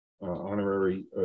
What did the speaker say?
honorary